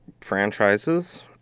franchises